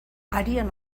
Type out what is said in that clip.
arian